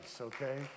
okay